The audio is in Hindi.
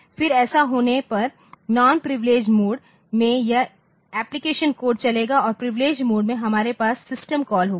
फिर ऐसा होने पर नॉन प्रिविलेडगेड मोड में यह एप्लिकेशन कोड चलेगा और प्रिविलेडगेड मोड में हमारे पास सिस्टम कॉल होगा